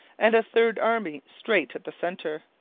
and a third army straight at the centre,